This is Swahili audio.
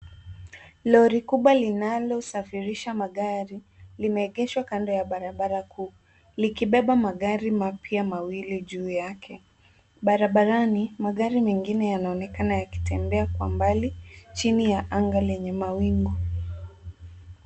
Lori kubwa linalosafirisha magari limeegeshwa kando ya barabara kuu, likibeba magari mapya mawili juu yake. Barabarani, magari mengine yanaonekana yakitembea kwa mbali chini ya anga lenye mawingu.